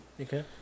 Okay